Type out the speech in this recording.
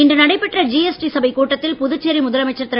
இன்று நடைபெற்ற ஜிஎஸ்டி சபை கூட்டத்தில் புதுச்சேரி முதலமைச்சர் திரு